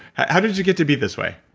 how did you get to be this way?